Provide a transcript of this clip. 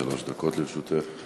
שלוש דקות לרשותך.